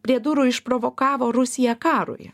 prie durų išprovokavo rusiją karui